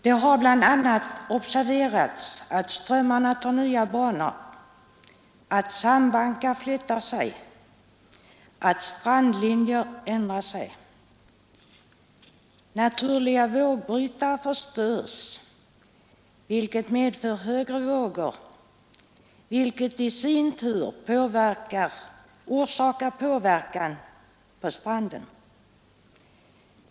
Det har bl.a. observerats att strömmarna tar nya banor, att sandbankar flyttar sig och att strandlinjer ändrar sig. Naturliga vågbrytare förstörs, vilket medför högre vågor som i sin tur orsakar påverkan på stranden.